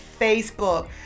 Facebook